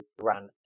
ran